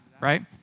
right